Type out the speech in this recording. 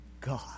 God